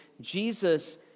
Jesus